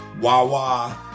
wah-wah